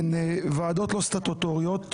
הן ועדות לא סטטוטוריות,